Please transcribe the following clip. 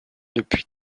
depuis